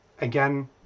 again